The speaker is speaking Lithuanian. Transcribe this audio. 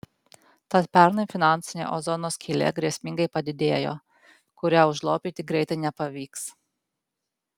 tad pernai finansinė ozono skylė grėsmingai padidėjo kurią užlopyti greitai nepavyks